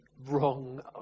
wrong